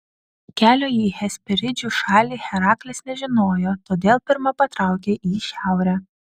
kelio į hesperidžių šalį heraklis nežinojo todėl pirma patraukė į šiaurę